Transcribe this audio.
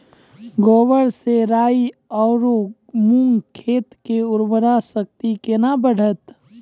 गोबर से राई आरु मूंग खेत के उर्वरा शक्ति केना बढते?